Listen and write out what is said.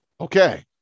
okay